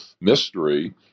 mystery